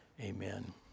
Amen